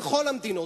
בכל המדינות.